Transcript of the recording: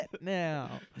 now